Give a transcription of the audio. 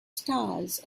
stars